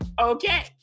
Okay